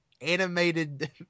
animated